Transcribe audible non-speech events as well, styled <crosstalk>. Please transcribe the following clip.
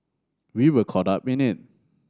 we were caught up <unintelligible> in